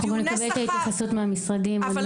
להלן תרגומם: אנחנו נקבל התייחסויות מהמשרדים.) לא